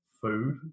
food